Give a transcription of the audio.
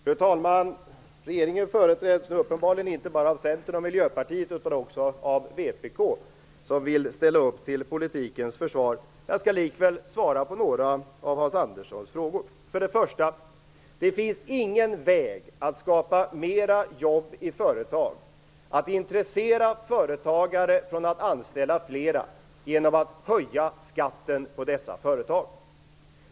Fru talman! Regeringen företräds nu uppenbarligen inte bara av Centern och Miljöpartiet utan också av Vänsterpartiet, som vill ställa upp till politikens försvar. Jag skall likväl svara på några av Hans Anderssons frågor. Först och främst finns det ingen väg att skapa fler jobb i företag, att intressera företagare för att anställa fler, genom att höja skatten för dessa företag.